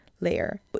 layer